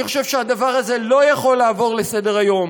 אני חושב שהדבר הזה לא יכול לעבור לסדר-היום.